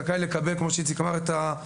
זכאי לקבל את חומר החקירה ממנו,